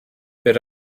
bydd